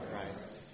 Christ